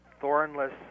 thornless